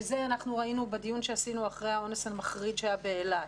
ואת זה ראינו בדיון שעשינו אחרי האונס המחריד שהיה באילת,